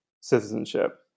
citizenship